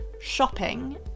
shopping